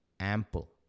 Ample